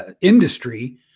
industry